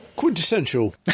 Quintessential